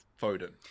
Foden